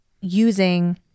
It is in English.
using